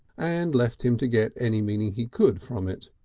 and left him to get any meaning he could from it.